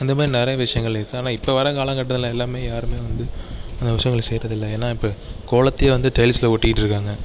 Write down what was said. அந்தமாதிரி நிறைய விஷயங்கள் இருக்குது ஆனால் இப்போ வர கால கட்டத்தில் எல்லாமே யாருமே வந்து அந்த விஷயங்கள செய்யறதில்ல ஏன்னால் இப்போ கோலத்தையே வந்து டைல்ஸில் ஒட்டிக்கிட்டு இருக்காங்க